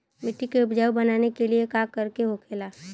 मिट्टी के उपजाऊ बनाने के लिए का करके होखेला?